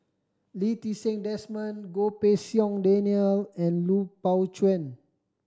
Lee Ti Seng Desmond Goh Pei Siong Daniel and Lui Pao Chuen